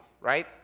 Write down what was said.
right